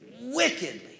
wickedly